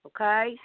okay